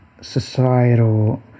societal